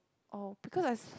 oh because I s~